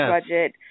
budget